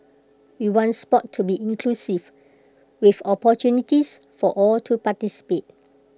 we want Sport to be inclusive with opportunities for all to participate